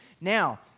Now